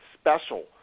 special